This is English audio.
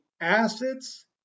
assets